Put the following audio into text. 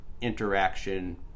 interaction